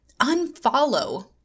unfollow